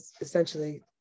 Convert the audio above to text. essentially